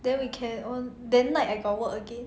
then we can oh then at night I got work again